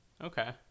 okay